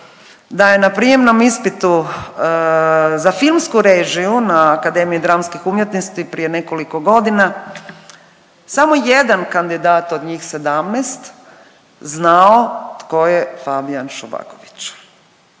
da je na prijemnom ispitu za filmsku režiju na Akademiji dramskih umjetnosti prije nekoliko godina samo jedan kandidat od njih 17 znao tko je Fabijan Šovagović.